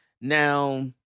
Now